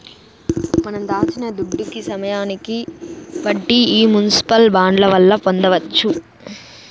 మనం దాచిన దుడ్డుకి సమయానికి వడ్డీ ఈ మునిసిపల్ బాండ్ల వల్ల పొందొచ్చు